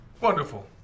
Wonderful